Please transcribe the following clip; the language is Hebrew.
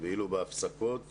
ואילו בהפסקות